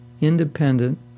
independent